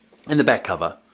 and the back cover,